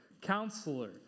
Counselor